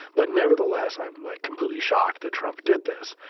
but nevertheless, i'm like completely shocked that trump did this.